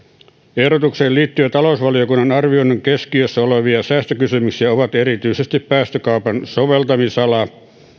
ehdotukseen liittyvän talousvaliokunnan arvioinnin keskiössä olevia säästökysymyksiä ovat erityisesti päästökaupan soveltamisala